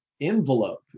envelope